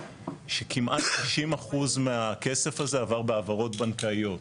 שכמעט 90% מהכסף הזה עבר בהעברות בנקאיות.